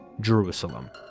Jerusalem